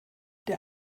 der